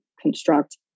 construct